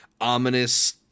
ominous